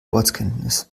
ortskenntnis